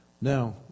Now